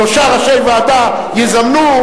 שלושה ראשי ועדה יזמנו,